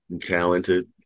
talented